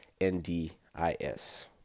NDIS